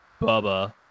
Bubba